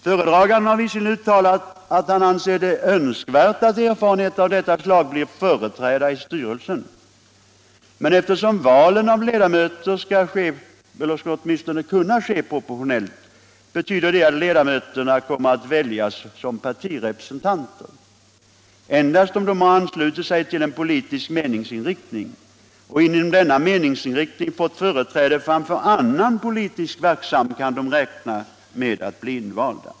Föredraganden har visserligen uttalat att han anser det önskvärt att erfarenheter av detta slag blir företrädda i styrelsen. Men eftersom valen av ledamöter skall kunna ske proportionellt betyder det att ledamöterna kommer att väljas som partirepresentanter. Endast om de har anslutit sig till en politisk meningsinriktning och inom denna meningsinriktning fått företräde framför annan politiskt verksam kan de räkna med att bli invalda.